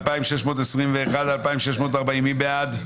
רוויזיה על הסתייגויות 2480-2461, מי בעד?